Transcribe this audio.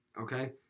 okay